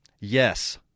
Yes